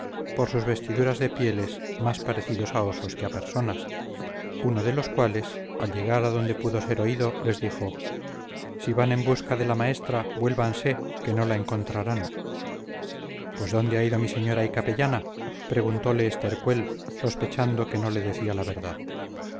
por sus vestiduras de pieles más parecidos a osos que a personas uno de los cuales al llegar a donde pudo ser oído les dijo si van en busca de la maestra vuélvanse que no la encontrarán pues dónde ha ido mi señora y capellana preguntole estercuel sospechando que no le decía la verdad